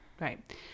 Right